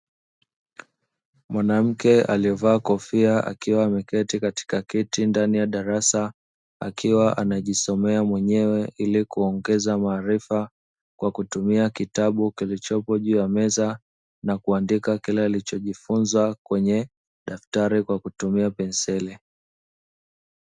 Mwanamke aliyevaa kofia akiwa ameketi katika keti ndani ya darasa, akiwa anajisomea mwenyewe ili kuongeza maarifa. Kwa kutumia kitabu kilichopo juu ya meza na kuandika kile alichojifunza kwenye daktari kwa kutumia penseli.